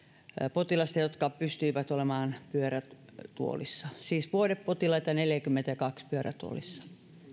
potilasta jotka pystyivät olemaan pyörätuolissa siis vuodepotilaita neljäkymmentä ja kaksi pyörätuolissa